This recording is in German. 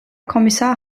kommissar